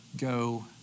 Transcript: go